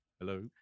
Hello